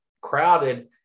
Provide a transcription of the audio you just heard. crowded